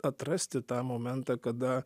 atrasti tą momentą kada